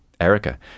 Erica